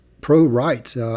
pro-rights